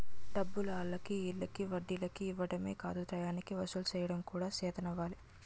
డబ్బులు ఆల్లకి ఈల్లకి వడ్డీలకి ఇవ్వడమే కాదు టయానికి వసూలు సెయ్యడం కూడా సేతనవ్వాలి